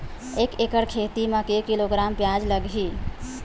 एक एकड़ खेती म के किलोग्राम प्याज लग ही?